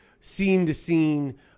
scene-to-scene